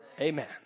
Amen